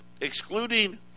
Excluding